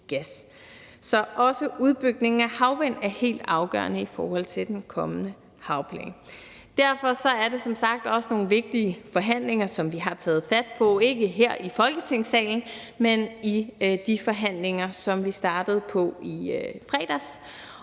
Så også udbygning af havvindenergi er helt afgørende i forhold til den kommende havplan. Derfor er det som sagt også nogle vigtige forhandlinger, som vi har taget fat på, ikke her i Folketingssalen, men de forhandlinger, som vi startede på i fredags,